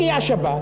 הגיע שב"כ,